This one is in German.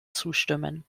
zustimmen